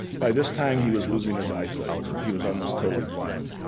by this time, he was losing his eyesight. he was almost totally blind,